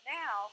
now